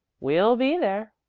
we'll be there,